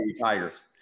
Tigers